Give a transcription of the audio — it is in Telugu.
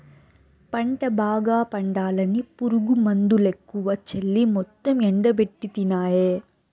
పంట బాగా పండాలని పురుగుమందులెక్కువ చల్లి మొత్తం ఎండబెట్టితినాయే